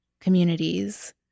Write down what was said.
communities